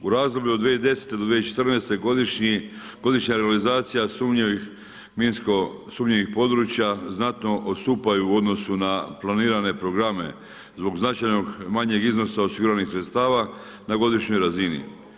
U razdoblju od 2010. do 2014. godišnja realizacija sumnjivih, minsko sumnjivih područja znatno odstupaju u odnosu na planirane programe zbog značajnog manjeg iznosa osiguranih sredstava na godišnjoj razini.